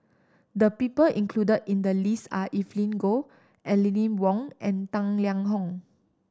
the people included in the list are Evelyn Goh Aline Wong and Tang Liang Hong